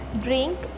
Drink